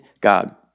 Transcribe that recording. God